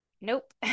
Nope